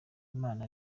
imana